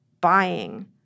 buying